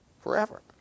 forever